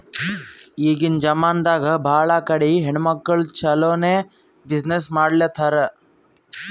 ಈಗಿನ್ ಜಮಾನಾದಾಗ್ ಭಾಳ ಕಡಿ ಹೆಣ್ಮಕ್ಕುಳ್ ಛಲೋನೆ ಬಿಸಿನ್ನೆಸ್ ಮಾಡ್ಲಾತಾರ್